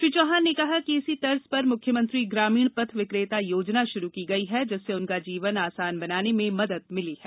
श्री चौहान ने कहा कि इसी तर्ज पर मुख्यमंत्री ग्रामीण पथ विकेता योजना शुरू की गई है जिससे उनका जीवन आसान बनाने में मदद मिली है